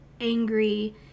angry